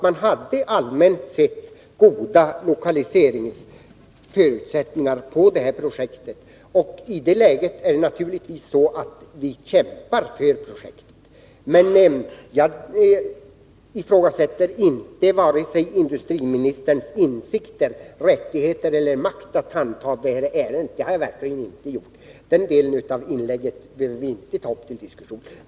Man hade allmänt sett goda förutsättningar för projektet i Arjeplog. I det läget kämpar vi naturligtvis för projektet. Jag ifrågasätter inte vare sig industriministerns insikter, rättigheter eller makt att handha det här ärendet — det har jag verkligen inte gjort. Den delen av inlägget behöver vi inte ta upp till diskussion.